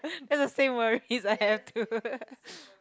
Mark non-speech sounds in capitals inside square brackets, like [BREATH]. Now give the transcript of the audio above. [BREATH] that's the same worries I have too [LAUGHS]